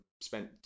spent